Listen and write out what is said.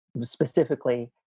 specifically